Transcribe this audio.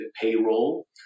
payroll